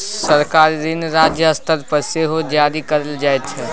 सरकारी ऋण राज्य स्तर पर सेहो जारी कएल जाइ छै